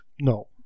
no